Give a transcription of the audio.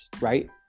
right